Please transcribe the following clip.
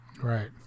right